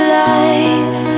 life